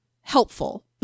helpful